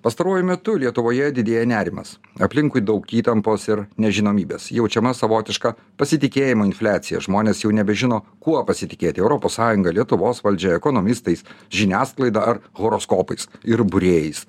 pastaruoju metu lietuvoje didėja nerimas aplinkui daug įtampos ir nežinomybės jaučiama savotiška pasitikėjimo infliacija žmonės jau nebežino kuo pasitikėti europos sąjunga lietuvos valdžia ekonomistais žiniasklaida ar horoskopais ir būrėjais